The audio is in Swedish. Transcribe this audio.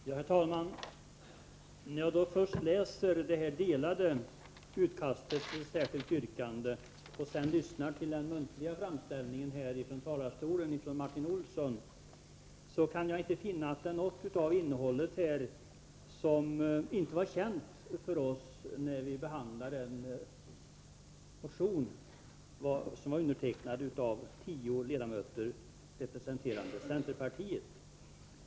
Herr talman! När jag först läste detta utdelade yrkande och sedan lyssnade till Martin Olssons muntliga framställning från talarstolen, kunde jag inte finna att någonting av detta inte var känt för oss när vi behandlade den motion som undertecknats av tio centerledamöter.